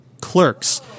Clerks